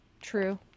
true